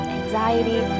anxiety